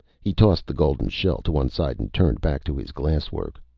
he tossed the golden shell to one side and turned back to his glass work.